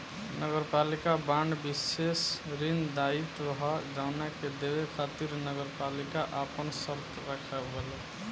नगरपालिका बांड विशेष ऋण दायित्व ह जवना के देवे खातिर नगरपालिका आपन शर्त राखले बा